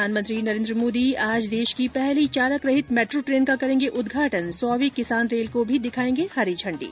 प्रधानमंत्री नरेन्द्र मोदी आज देश की पहली चालक रहित मेट्रो ट्रेन का करेंगे उद्घाटन सौ वीं किसान रेल को भी दिखाएंगे हरी झण्डी